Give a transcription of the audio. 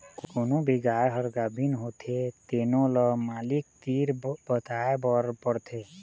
कोनो भी गाय ह गाभिन होथे तेनो ल मालिक तीर बताए बर परथे